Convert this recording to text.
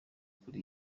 kuri